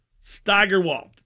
Steigerwald